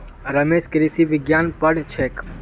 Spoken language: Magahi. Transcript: रमेश कृषि विज्ञान पढ़ छेक